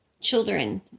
children